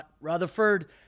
Rutherford